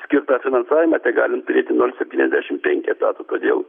skirtą finansavimą tegalim turėti nol septyniasdešim penki etato todėl